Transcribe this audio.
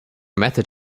method